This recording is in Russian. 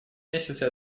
месяце